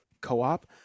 co-op